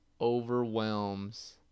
overwhelms